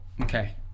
Okay